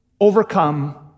overcome